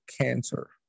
cancer